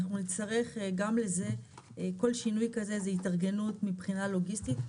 אנחנו נצטרך גם לזה כל שינוי כזה זה התארגנות מבחינה לוגיסטית,